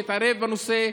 להתערב בנושא,